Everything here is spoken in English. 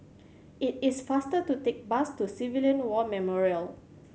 it is faster to take the bus to Civilian War Memorial